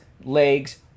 legs